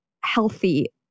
healthy